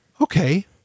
Okay